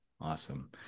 Awesome